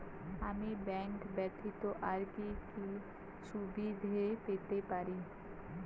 আমি ব্যাংক ব্যথিত আর কি কি সুবিধে পেতে পারি?